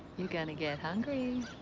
you're going to get hungry.